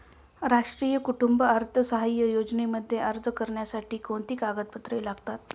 राष्ट्रीय कुटुंब अर्थसहाय्य योजनेमध्ये अर्ज करण्यासाठी कोणती कागदपत्रे लागतात?